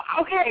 okay